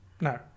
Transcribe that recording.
No